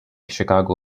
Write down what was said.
chicago